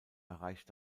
erreicht